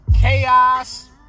Chaos